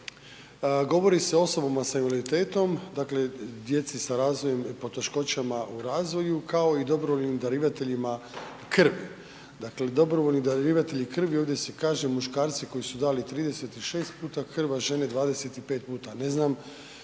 govori se o osobama sa invaliditetom, dakle djeci sa razvojem, poteškoćama u razvoju kao i dobrovoljnim darivateljima krvi. Dakle, dobrovoljni darivatelji krvi ovdje se kaže muškarci koji su dali 36 puta krv, a žene 25 puta. Ne znam